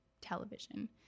television